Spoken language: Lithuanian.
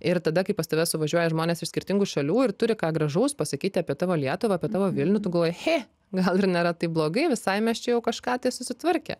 ir tada kai pas tave suvažiuoja žmonės iš skirtingų šalių ir turi ką gražaus pasakyti apie tavo lietuvą apie tavo vilnių tu galvoji he gal ir nėra taip blogai visai mes čia jau kažką tai susitvarkę